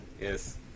Yes